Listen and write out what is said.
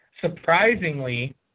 Surprisingly